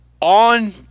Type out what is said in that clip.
on